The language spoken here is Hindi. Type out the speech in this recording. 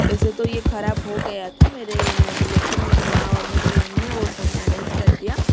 वैसे तो ये खराब हो गया था मेरे ने लेकिन मेरे माँ और मेरे बहन ने वो सब मैनेज कर दिया